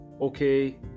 okay